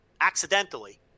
accidentally